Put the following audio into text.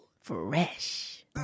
Fresh